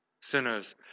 sinners